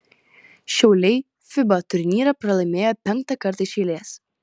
šiauliai fiba turnyre pralaimėjo penktą kartą iš eilės